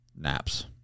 naps